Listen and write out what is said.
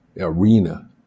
arena